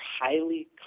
highly